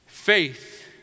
Faith